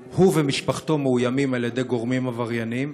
הוא ומשפחתו מאוימים על-ידי גורמים עברייניים.